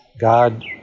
God